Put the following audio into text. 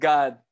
God